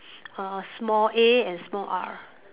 err small A and small R